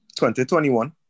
2021